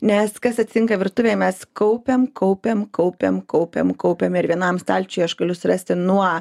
nes kas atsitinka virtuvėje mes kaupiam kaupiam kaupiam kaupiam kaupiam ir vienam stalčiuje aš galiu surasti nuo